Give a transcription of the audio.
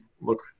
look